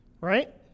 Right